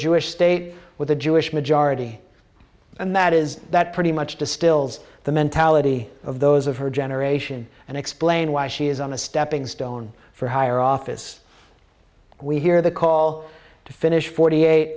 jewish state with a jewish majority and that is that pretty much distills the mentality of those of her generation and explain why she is on a stepping stone for higher office we hear the call to finish forty eight